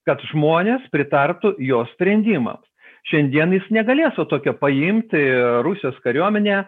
kad žmonės pritartų jo sprendimams šiandien jis negalės va tokio paimt rusijos kariuomenę